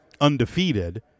undefeated